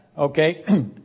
Okay